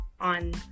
on